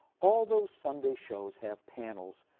all those sunday shows have panels,